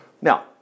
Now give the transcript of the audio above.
Now